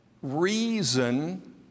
Reason